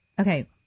Okay